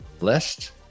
list